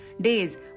days